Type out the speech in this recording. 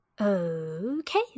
Okay